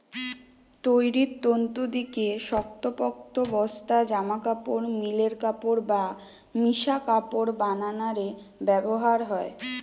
তৈরির তন্তু দিকি শক্তপোক্ত বস্তা, জামাকাপড়, মিলের কাপড় বা মিশা কাপড় বানানা রে ব্যবহার হয়